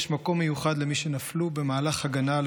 יש מקום מיוחד למי שנפלו במהלך הגנה על